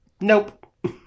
nope